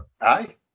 aye